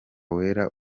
wera